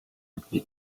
wie